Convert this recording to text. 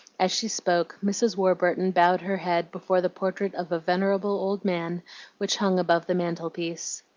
as she spoke, mrs. warburton bowed her head before the portrait of a venerable old man which hung above the mantel-piece.